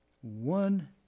One